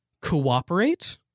cooperate